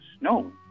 No